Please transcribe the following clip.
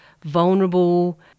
vulnerable